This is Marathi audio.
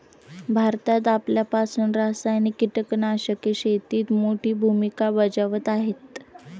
भारतात आल्यापासून रासायनिक कीटकनाशके शेतीत मोठी भूमिका बजावत आहेत